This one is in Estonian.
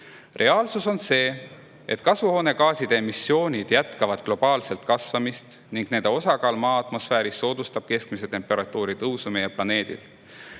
Reaalsus on see, et kasvuhoonegaaside emissioonid jätkavad globaalselt kasvamist ning nende osakaal Maa atmosfääris soodustab keskmise temperatuuri tõusu meie planeedil.